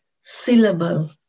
syllable